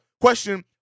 question